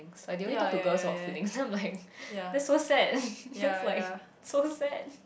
like they only talk to girls about feelings then I'm like that's so sad that's like so sad